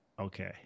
okay